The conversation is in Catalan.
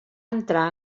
entrar